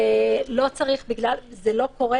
זה לא קורה,